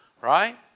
right